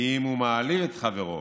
כי אם הוא מעליב את חברו,